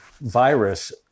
virus